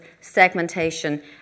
segmentation